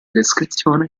descrizione